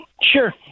Sure